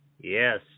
Yes